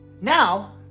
now